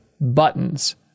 buttons